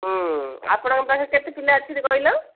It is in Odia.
ହଁ ଆପଣଙ୍କ ପାଖେ କେତେ ପିଲା ଅଛନ୍ତି କହିଲ